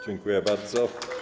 Dziękuję bardzo.